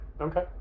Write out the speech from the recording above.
Okay